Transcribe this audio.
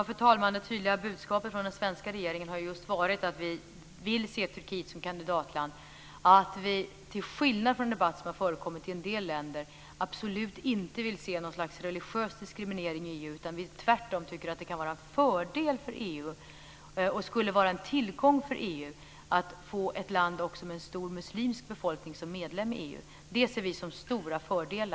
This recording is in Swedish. Fru talman! Det tydliga budskapet från den svenska regeringen har just varit att vi vill se Turkiet som kandidatland. Vi vill absolut inte, till skillnad från vad som framkommit i debatten i en del länder, se något slags religiös diskriminering i EU. Tvärtom tycker vi att det skulle vara en tillgång för EU att få också ett land med en stor muslimsk befolkning som medlem i EU. Det ser vi som en stor fördel.